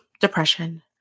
depression